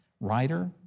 writer